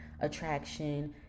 attraction